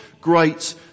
great